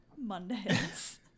Mondays